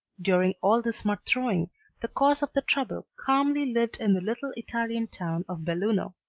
during all this mud-throwing the cause of the trouble calmly lived in the little italian town of belluno.